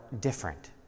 different